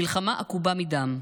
מלחמה עקובה מדם,